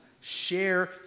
share